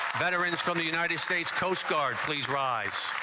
veterans from the united states coast guard, please rise